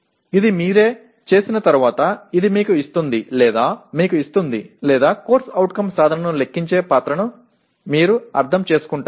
ఇది మీరే చేసిన తర్వాత ఇది మీకు ఇస్తుంది లేదా మీకు ఇస్తుంది లేదా CO సాధనను లెక్కించే పాత్రను మీరు అర్థం చేసుకుంటారు